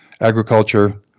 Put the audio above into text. agriculture